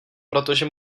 protože